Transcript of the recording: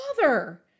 father